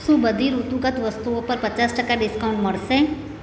શું બધી ઋતુગત વસ્તુઓ પર પચાસ ટકા ડિસ્કાઉન્ટ મળશે